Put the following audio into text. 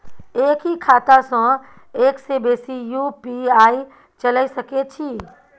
एक ही खाता सं एक से बेसी यु.पी.आई चलय सके छि?